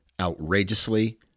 outrageously